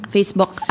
Facebook